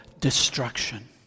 destruction